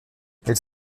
elles